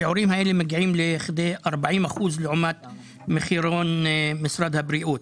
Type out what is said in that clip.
השיעורים האלה מגיעים לכדי 40% לעומת מחירון משרד הבריאות.